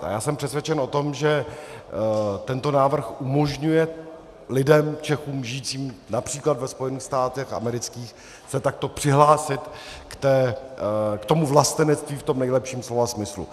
A já jsem přesvědčen o tom, že tento návrh umožňuje lidem, Čechům žijícím např. ve Spojených státech amerických, se takto přihlásit k tomu vlastenectví v tom nejlepším slova smyslu.